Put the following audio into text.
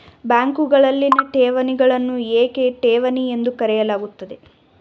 ಬ್ಯಾಂಕುಗಳಲ್ಲಿನ ಠೇವಣಿಗಳನ್ನು ಏಕೆ ಠೇವಣಿ ಎಂದು ಕರೆಯಲಾಗುತ್ತದೆ?